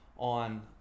on